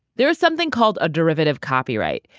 there is something called a derivative copyright,